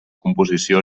composició